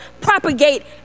propagate